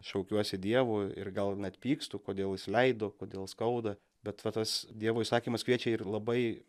šaukiuosi dievo ir gal net pykstu kodėl jis leido kodėl skauda bet va tas dievo įsakymas kviečia ir labai